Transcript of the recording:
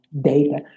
data